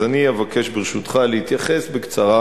אז אני אבקש, ברשותך, להתייחס בקצרה